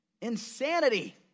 insanity